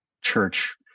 church